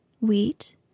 wheat